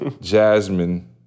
Jasmine